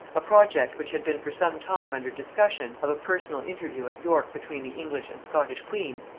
a project which had been for some time under discussion, of a personal interview at york between the english and scottish queens,